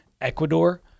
Ecuador